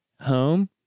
home